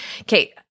Okay